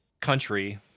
country